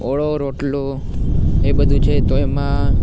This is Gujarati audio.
ઓળો રોટલો એ બધુ છે તો એમાં